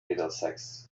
middlesex